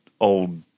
old